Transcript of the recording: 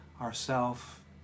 ourself